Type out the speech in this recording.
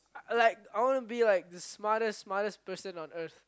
like I want to be like the smartest smartest person on Earth